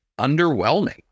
underwhelming